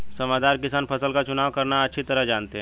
समझदार किसान फसल का चुनाव करना अच्छी तरह जानते हैं